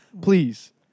Please